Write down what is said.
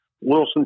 Wilson